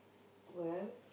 well